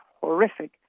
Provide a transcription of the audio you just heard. horrific